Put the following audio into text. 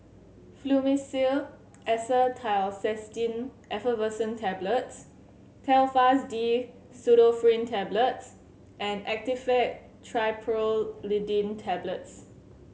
Fluimucil Acetylcysteine Effervescent Tablets Telfast D Pseudoephrine Tablets and Actifed Triprolidine Tablets